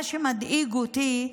מה שמדאיג אותי,